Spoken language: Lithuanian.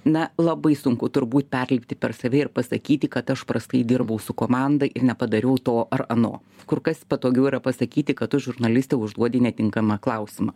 na labai sunku turbūt perlipti per save ir pasakyti kad aš prastai dirbau su komanda ir nepadariau to ar ano kur kas patogiau yra pasakyti kad tu žurnaliste užduodi netinkamą klausimą